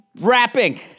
rapping